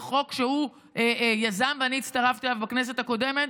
זה חוק שהוא יזם, ואני הצטרפתי אליו בכנסת הקודמת,